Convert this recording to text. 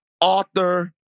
author